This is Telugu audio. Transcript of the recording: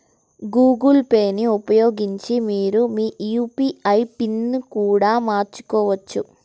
గూగుల్ పే ని ఉపయోగించి మీరు మీ యూ.పీ.ఐ పిన్ని కూడా మార్చుకోవచ్చు